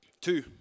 Two